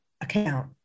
account